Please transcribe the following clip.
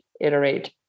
iterate